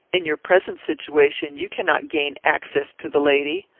in your present situation you cannot gain access to the lady.